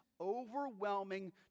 overwhelming